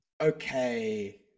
okay